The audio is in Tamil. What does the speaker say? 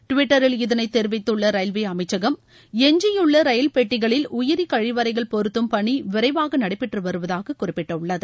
டுவிட்டரில் இதனை தெரிவித்துள்ள ரயில்வே அமைச்சகம் எஞ்சியுள்ள ரயில்பெட்டிகளில் உயிரி கழிவறைகள் பொருத்தும் பணி விரைவாக நடைபெற்று வருவதாக குறிப்பிட்டுள்ளது